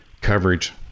coverage